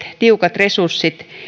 tiukat resurssit